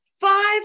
five